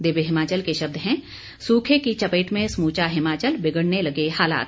दिव्य हिमाचल के शब्द हैं सूखे की चपेट में समूचा हिमाचल बिगड़ने लगे हालात